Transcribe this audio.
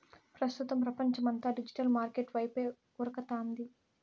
ప్రస్తుతం పపంచమంతా digital market వైపే ఉరకతాంది